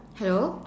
hello